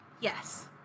Yes